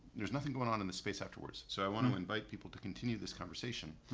there's nothing going on in the space afterwards so i want to invite people to continue this conversation,